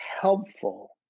helpful